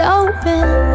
open